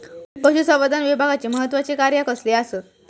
पशुसंवर्धन विभागाची महत्त्वाची कार्या कसली आसत?